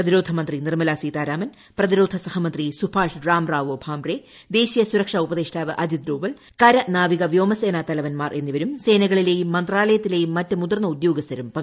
പ്രതിരോധമന്ത്രി നിർമ്മലാ സീതാരാമൻ പ്രതിരോധസഹമന്ത്രി സുഭാഷ് രാംറാവോ ഭാംറെ ദേശീയ സുരക്ഷാ ഉപദേഷ്ടാവ് അജിത് ദോവൽ കര നാവിക വ്യോമ സേനാ തലവൻമാർ എന്നിവരും സേനകളിലേയും മന്ത്രാലയത്തിലേയും മറ്റ് മുതിർന്ന ഉദ്യോഗസ്ഥരും പങ്കെടുക്കും